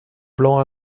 plan